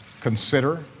consider